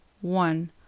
one